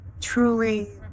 truly